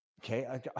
Okay